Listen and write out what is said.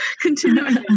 continuing